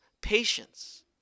patience